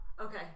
okay